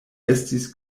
estis